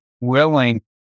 willing